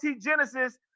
Genesis